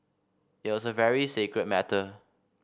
it was a very sacred matter